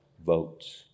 Votes